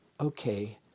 okay